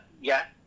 yes